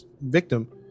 victim